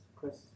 Chris